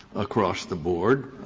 across the board.